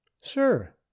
Sir